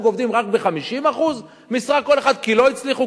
עובדים רק ב-50% משרה כל אחד כי לא הצליחו,